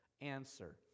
answer